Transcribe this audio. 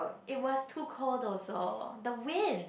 it was too cold also the wind